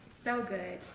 so good!